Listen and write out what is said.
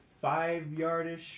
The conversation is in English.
five-yardish